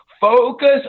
Focus